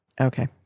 Okay